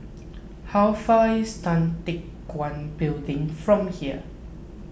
how far away is Tan Teck Guan Building from here